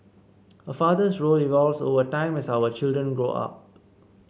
a father's role evolves over time as our children grow up